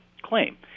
claim